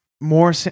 more